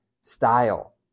style